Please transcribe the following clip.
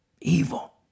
Evil